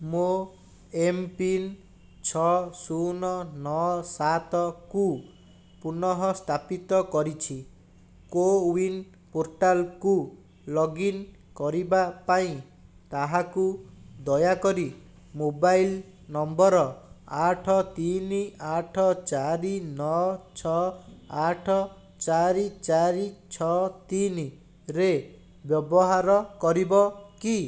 ମୋ ଏମ୍ପିନ୍ ଛଅ ଶୂନ ନଅ ସାତକୁ ପୁନଃ ସ୍ଥାପିତ କରିଛି କୋୱିନ୍ ପୋର୍ଟାଲ୍କୁ ଲଗ୍ଇନ୍ କରିବା ପାଇଁ ତାହାକୁ ଦୟାକରି ମୋବାଇଲ୍ ନମ୍ବର୍ ଆଠ ତିନି ଆଠ ଚାରି ନଅ ଛଅ ଆଠ ଚାରି ଚାରି ଛଅ ତିନିରେ ବ୍ୟବହାର କରିବ କି